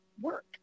work